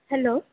hello